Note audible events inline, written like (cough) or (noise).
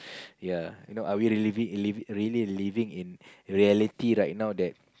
(noise) ya you know are we really live really living in reality right now that